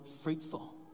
fruitful